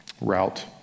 route